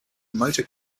motor